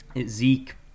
Zeke